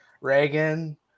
Reagan